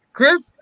Chris